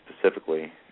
specifically